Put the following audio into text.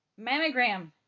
mammogram